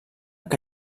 que